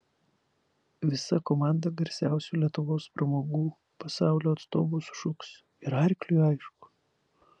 visa komanda garsiausių lietuvos pramogų pasaulio atstovų sušuks ir arkliui aišku